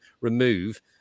remove